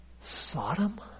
Sodom